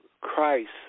Christ